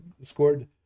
scored